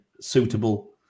suitable